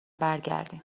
برگردین